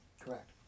Correct